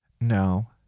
No